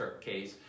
case